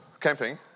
camping